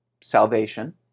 salvation